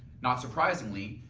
not surprisingly,